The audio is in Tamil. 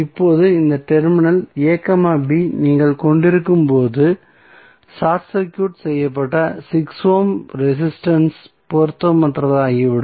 இப்போது இந்த டெர்மினல் a b ஐ நீங்கள் கொண்டிருக்கும்போது ஷார்ட் சர்க்யூட் செய்யப்பட்ட 6 ஓம் ரெசிஸ்டன்ஸ் பொருத்தமற்றதாகிவிடும்